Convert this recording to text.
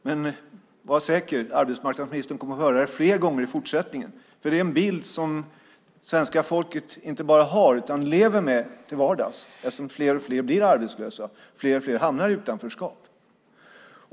Men arbetsmarknadsministern kan vara säker på att få höra det fler gånger i fortsättningen, för det är en bild som svenska folket inte bara har utan lever med till vardags eftersom fler och fler blir arbetslösa och fler och fler hamnar i utanförskap.